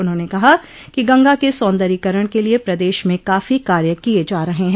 उन्होंने कहा कि गंगा के सौन्दर्यीकरण के लिये प्रदेश में काफी कार्य किये जा रहे हैं